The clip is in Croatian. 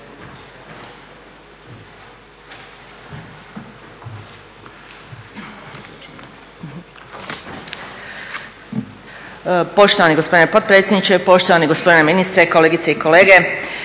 Poštovani gospodine potpredsjedniče, poštovani gospodine ministre, kolegice i kolege.